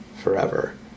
forever